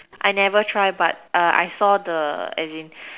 I never try but I saw the as in